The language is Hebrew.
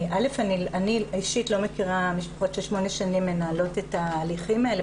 אני אישית לא מכירה משפחות ש-8 שנים מנהלות את ההליכים האלה.